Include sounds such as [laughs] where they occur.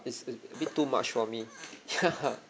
it's it a bit too much for me [laughs] ya